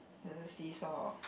the seesaw